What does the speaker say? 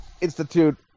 institute